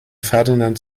ferdinand